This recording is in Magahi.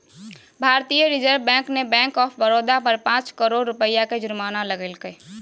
भारतीय रिजर्व बैंक ने बैंक ऑफ बड़ौदा पर पांच करोड़ रुपया के जुर्माना लगैलके